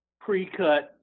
pre-cut